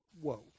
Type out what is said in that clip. Whoa